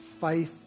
faith